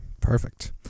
Perfect